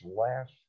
last